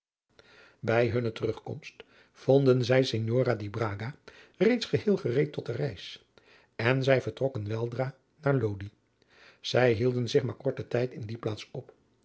bij hunne terugkomst vonden zij signora di braga reeds geheel gereed tot de reis en zij vertrokken weldra naar lodi zij hielden zich maar korten tijd in die plaats op